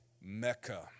Mecca